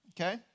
okay